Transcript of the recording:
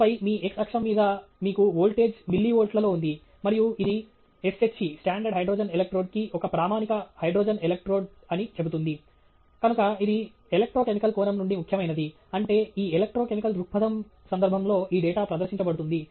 ఆపై మీ x అక్షం మీద మీకు వోల్టేజ్ మిల్లివోల్ట్లలో ఉంది మరియు ఇది S H E కి ఒక ప్రామాణిక హైడ్రోజన్ ఎలక్ట్రోడ్ అని చెబుతుంది కనుక ఇది ఎలెక్ట్రోకెమికల్ కోణం నుండి ముఖ్యమైనది అంటే ఈ ఎలెక్ట్రోకెమికల్ దృక్పథం సందర్భంలో ఈ డేటా ప్రదర్శించబడుతుంది